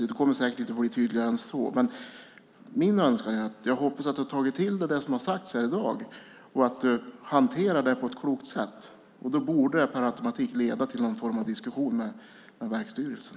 Du kommer säkert inte att bli tydligare än så, men min önskan är att du har tagit till dig det som sagts i dag och att du hanterar det på ett klokt sätt. Det borde per automatik leda till någon form av diskussion med verksstyrelsen.